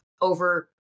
over